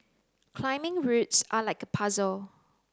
climbing routes are like a puzzle